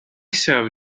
serve